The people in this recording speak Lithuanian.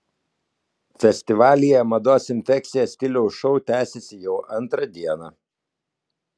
festivalyje mados infekcija stiliaus šou tęsiasi jau antrą dieną